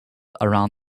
around